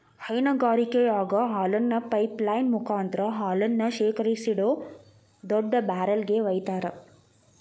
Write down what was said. ಹೈನಗಾರಿಕೆಯಾಗ ಹಾಲನ್ನ pipeline ಮುಕಾಂತ್ರ ಹಾಲನ್ನ ಶೇಖರಿಸಿಡೋ ದೊಡ್ಡ ಬ್ಯಾರೆಲ್ ಗೆ ವೈತಾರ